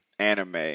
anime